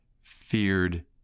feared